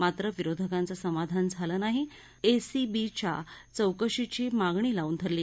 मात्र विरोधकांचं समाधान झालं नाही एसीबीच्या चौकशीची मागणी लावून धरली